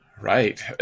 right